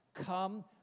come